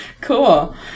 Cool